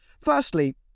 Firstly